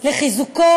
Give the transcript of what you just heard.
לחיזוקו